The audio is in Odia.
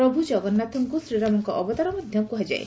ପ୍ରଭୁ ଜଗନ୍ନାଥଙ୍କୁ ଶ୍ରୀରାମଙ୍କ ଅବତାର ମଧ କୁହାଯାଏ